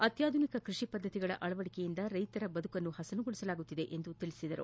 ಅತ್ನಾಧುನಿಕ ಕ್ಷಷಿ ಪದ್ಧತಿಗಳ ಅಳವಡಿಕೆಯಿಂದ ರೈತರ ಬದಕನ್ನು ಹಸನಗೊಳಿಸಲಾಗುತ್ತಿದೆ ಎಂದು ಹೇಳಿದರು